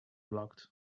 blocked